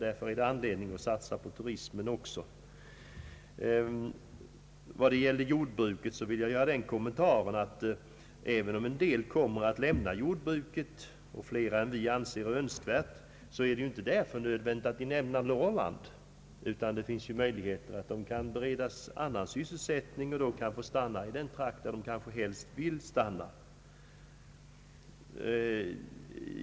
Därför finns det anledning att satsa på turismen också. Beträffande jordbruket vill jag göra den kommentaren, att även om en del kommer att lämna jordbruket — fler än vi anser önskvärt — så är det inte fördenskull nödvändigt att de lämnar Norrland. Det finns möjligheter att bereda dem annan sysselsättning så att de kan stanna i den trakt där de helst vill stanna.